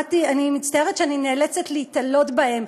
אני מצטערת שאני נאלצת להיתלות בהם,